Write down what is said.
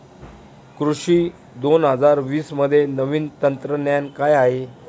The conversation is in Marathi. कृषी दोन हजार वीसमध्ये नवीन तंत्रज्ञान काय आहे?